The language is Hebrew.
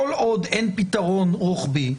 כל עוד אין פתרון רוחבי,